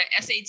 SAT